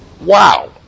Wow